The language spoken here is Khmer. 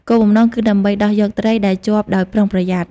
គោលបំណងគឺដើម្បីដោះយកត្រីដែលជាប់ដោយប្រុងប្រយ័ត្ន។